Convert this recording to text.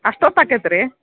ಅಷ್ಟು ಹೊತ್ತು ಆಕ್ಯೆತಿ ರೀ